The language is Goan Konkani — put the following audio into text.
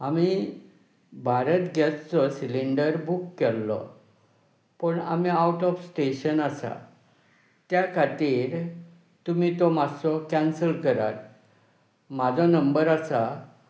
आमी भारत गॅसचो सिलिंडर बूक केल्लो पूण आमी आउट ऑफ स्टेशन आसा त्या खातीर तुमी तो मातसो कॅन्सल करात म्हजो नंबर आसा